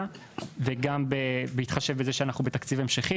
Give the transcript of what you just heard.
וגם בהתחשב בזה שאנחנו בתקציב המשכי,